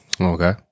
Okay